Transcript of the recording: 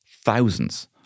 thousands